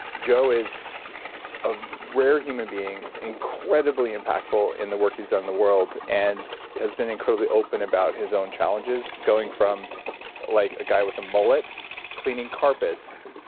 joe is a rare human being incredibly impactful in the work he's done in the world and has been incredibly open about his own challenges. going from like a guy with a mullet cleaning carpets,